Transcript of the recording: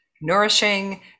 nourishing